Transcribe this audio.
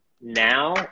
now